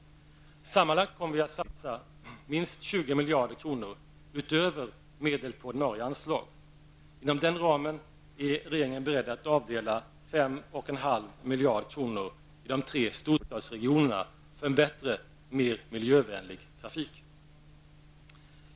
Sammanlagt kommer vi att satsa minst 20 miljarder kronor utöver medel på ordinarie anslag. Inom den ramen är regeringen beredd att avdela 5,5 miljarder kronor i de tre storstadsregionerna för en bättre, mer miljövänlig trafik.